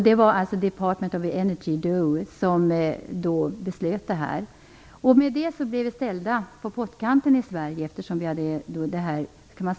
Det var alltså Department of Energy som fattade detta beslut. I och med detta sattes vi i Sverige på pottkanten.